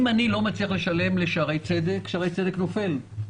אם אני לא מצליח לשלם לשערי צדק בית החולים נופל,